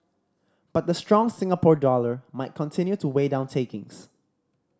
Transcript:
but the strong Singapore dollar might continue to weigh down takings